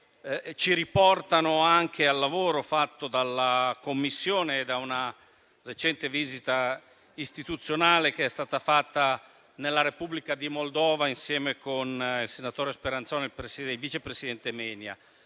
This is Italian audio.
ci riportano al lavoro svolto dalla Commissione, anche con una recente visita istituzionale che è stata fatta nella Repubblica di Moldova, insieme al senatore Speranzon e al vice presidente Menia.